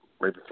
right